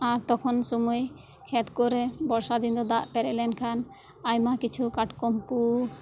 ᱟᱨ ᱛᱚᱠᱷᱚᱱ ᱥᱩᱢᱟᱹᱭ ᱠᱷᱮᱛ ᱠᱚᱨᱮ ᱵᱚᱨᱥᱟ ᱫᱤᱱ ᱫᱟᱜ ᱯᱮᱨᱮᱡ ᱞᱮᱱᱠᱷᱟᱱ ᱟᱭᱢᱟ ᱠᱤᱪᱷᱩ ᱠᱟᱴᱠᱚᱢ ᱠᱚ